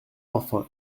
enfin